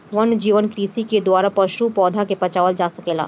वन्यजीव कृषि के द्वारा पशु, पौधा के बचावल जा सकेला